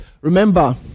remember